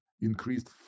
increased